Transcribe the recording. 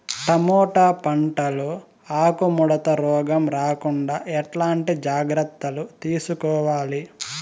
Tomato పంట లో ఆకు ముడత రోగం రాకుండా ఎట్లాంటి జాగ్రత్తలు తీసుకోవాలి?